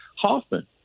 Hoffman